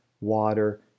water